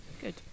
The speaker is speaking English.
good